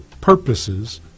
purposes